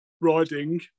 riding